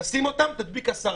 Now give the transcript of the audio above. תשים אותם תדביק עשרה.